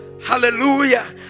Hallelujah